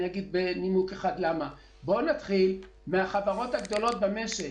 בוא נתחיל מהחברות הגדולות במשק,